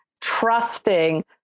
trusting